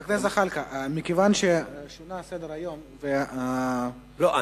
חבר הכנסת זחאלקה, תקשיב לי, הרי